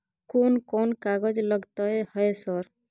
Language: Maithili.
कोन कौन कागज लगतै है सर?